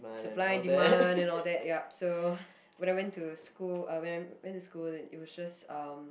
supply and demand and all that yup so when I went to school when I went to school it was just um